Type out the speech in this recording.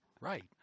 right